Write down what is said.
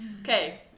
Okay